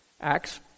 Acts